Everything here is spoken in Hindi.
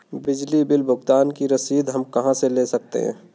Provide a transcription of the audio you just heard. बिजली बिल भुगतान की रसीद हम कहां से ले सकते हैं?